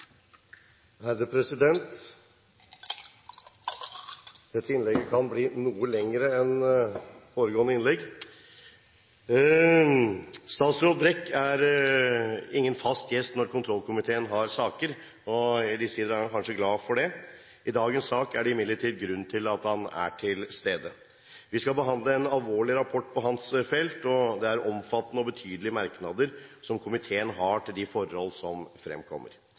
nr. 1. Dette innlegget blir noe lengre enn det innlegget jeg holdt i foregående sak. Statsråd Brekk er ingen fast gjest når kontrollkomiteen har saker – og i disse tider er han kanskje glad for det. I dagens sak er det imidlertid grunn til at han er til stede. Vi skal behandle en alvorlig rapport på hans felt, og det er omfattende og betydelige merknader komiteen har til de forhold som fremkommer.